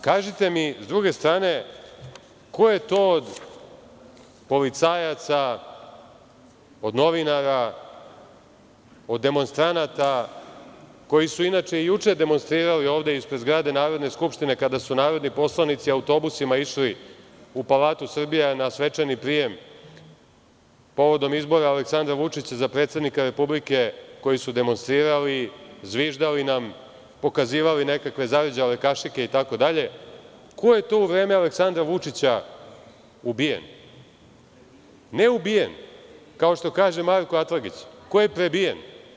Kažite mi, s druge strane, ko je od policajaca, od novinara, od demonstranata koji su inače i juče demonstrirali ovde ispred zgrade Narodne skupštine kada su narodni poslanici autobusima išli u Palatu Srbija na svečani prijem povodom izbora Aleksandra Vučića za predsednika Republike, koji su demonstrirali, zviždali nam, pokazivali nam nekakve zarđale kašike itd, ko je to u vreme Aleksandra Vučića ubijen, ne ubijen, kao što kaže Marko Atlagić, ko je prebijen?